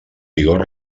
vigor